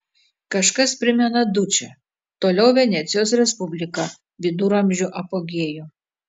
kažkas primena dučę toliau venecijos respubliką viduramžių apogėjų